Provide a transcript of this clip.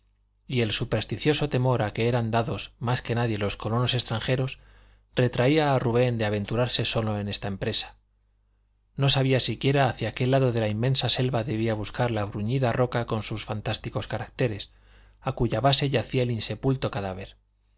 y el supersticioso temor a que eran dados más que nadie los colonos extranjeros retraía a rubén de aventurarse solo en esta empresa no sabía siquiera hacia qué lado de la inmensa selva debía buscar la bruñida roca con sus fantásticos caracteres a cuya base yacía el insepulto cadáver